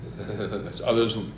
Others